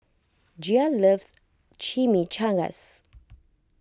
Gia loves Chimichangas